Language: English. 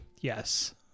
Yes